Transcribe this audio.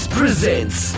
presents